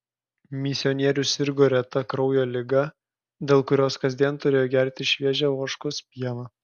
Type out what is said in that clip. misionierius sirgo reta kraujo liga dėl kurios kasdien turėjo gerti šviežią ožkos pieną